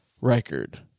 record